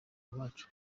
abacu